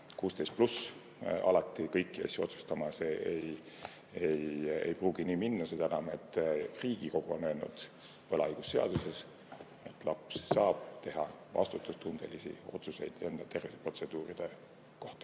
eest] alati kõiki asju otsustama, ei pruugi nii minna, seda enam, et Riigikogu on öelnud võlaõigusseaduses, et laps saab teha vastutustundelisi otsuseid enda terviseprotseduuride kohta.